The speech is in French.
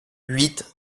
huit